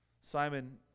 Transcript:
Simon